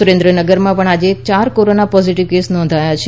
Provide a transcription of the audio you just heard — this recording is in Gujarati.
સુરેન્ નગરમાં પણ આજે ચાર કોરોનાના પોઝિટિવ કેસ નોંધાયા છે